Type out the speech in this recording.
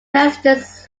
residents